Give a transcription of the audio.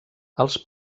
als